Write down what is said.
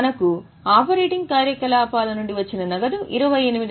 మనకు ఆపరేటింగ్ కార్యకలాపాల నుండి వచ్చిన నగదు 28300